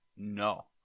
No